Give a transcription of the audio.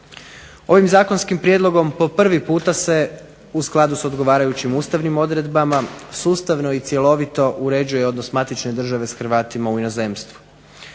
Ovim zakonskim prijedlogom po prvi puta se u skladu s odgovarajućim ustavnim odredbama sustavno i cjelovito uređuje odnos matične države s Hrvatima u inozemstvu.